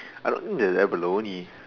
I don't think there's abalone